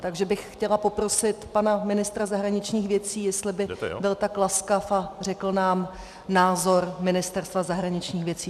Takže bych chtěla poprosit pana ministra zahraničních věcí, jestli by byl tak laskav a řekl nám názor Ministerstva zahraničních věcí.